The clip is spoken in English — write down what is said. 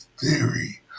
theory